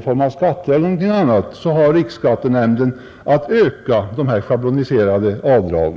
på grund av skatter eller något annat — har riksskatteverket att öka dessa schabloniserade avdrag.